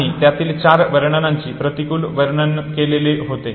आणि त्यातील चार वर्णनानी प्रतिकूल वर्णन केलेले होते